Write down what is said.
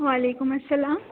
وعلیکم السّلام